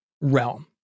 realm